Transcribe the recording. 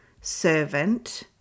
servant